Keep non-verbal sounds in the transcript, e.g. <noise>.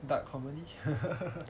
but comedy <laughs>